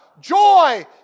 joy